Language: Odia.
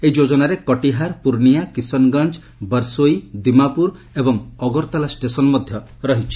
ଏହି ଯୋଜନାରେ କଟିହାର ପୁର୍ନିଆ କିସନଗଞ୍ଜ ବର୍ସୋଇ ଦିମାପୁର ଏବଂ ଅଗରତାଲା ଷ୍ଟେସନ୍ ମଧ୍ୟ ରହିଛି